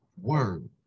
word